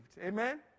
Amen